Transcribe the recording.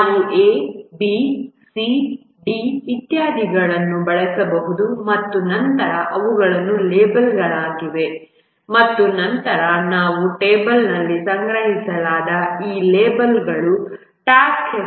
ನಾವು A B C D ಇತ್ಯಾದಿಗಳನ್ನು ಬಳಸಬಹುದು ಮತ್ತು ನಂತರ ಅವು ಲೇಬಲ್ಗಳಾಗಿವೆ ಮತ್ತು ನಂತರ ನಾವು ಟೇಬಲ್ನಲ್ಲಿ ಸಂಗ್ರಹಿಸಲಾದ ಆ ಲೇಬಲ್ಗಳು ಟಾಸ್ಕ್ನ ಹೆಸರುಗಳನ್ನು ಹೊಂದಿರುತ್ತೇವೆ